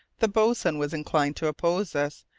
the boatswain was inclined to oppose us.